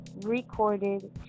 recorded